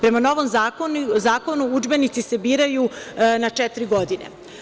Prema novom zakonu udžbenici se biraju na četiri godine.